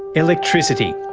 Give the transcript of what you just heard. electricity.